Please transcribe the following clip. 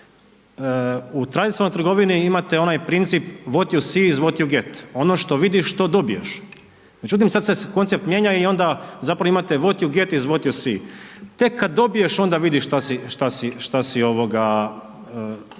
U tradicionalnoj trgovini imate onaj princip what you see is what you get. Ono što vidiš, to dobiješ. Međutim, sad se koncept mijenja i onda zapravo imate what you get is what you see. Tek kad dobiješ onda vidiš što si dobio,